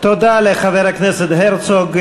תודה לחבר הכנסת הרצוג.